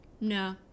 No